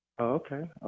Okay